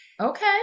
Okay